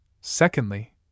secondly